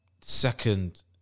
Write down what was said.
Second